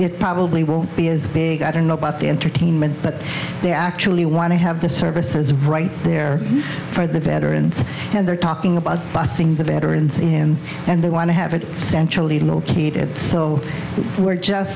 it probably won't be as big i don't know about the entertainment but they actually want to have the services right there for the veterans and they're talking about passing the veterans in and they want to have it centrally located so we're just